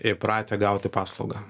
įpratę gauti paslaugą